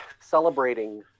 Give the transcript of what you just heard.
celebrating